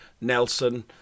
Nelson